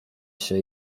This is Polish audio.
się